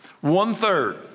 One-third